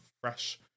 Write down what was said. fresh